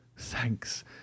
thanks